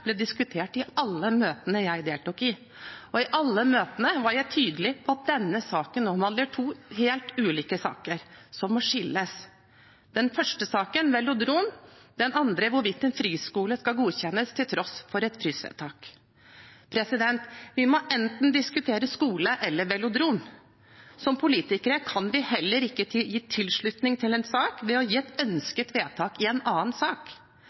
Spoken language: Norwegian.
ble diskutert i alle møtene jeg deltok i, og i alle møtene var jeg tydelig på at denne saken omhandler to helt ulike saker, som må skilles. Den første saken er velodrom, den andre er hvorvidt en friskole skal godkjennes til tross for et frysvedtak. Vi må enten diskutere skole eller velodrom. Som politikere kan vi heller ikke gi tilslutning til en sak ved å gi et ønsket vedtak i en annen sak,